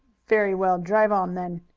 very well drive on then,